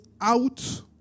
Out